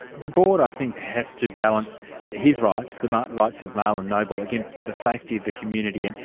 the board i think has to balance his rights, the ah rights of marlon noble, against the safety of the community, and